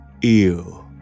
Ew